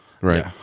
Right